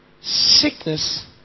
Sickness